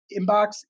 inbox